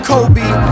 Kobe